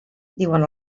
diuen